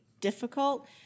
difficult